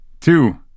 two